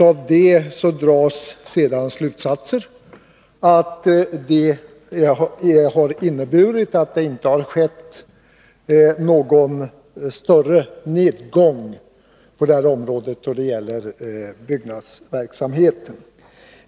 Av det dras sedan slutsatsen att det har inneburit att det inte skett någon större nedgång i fråga om byggnadsverksamheten.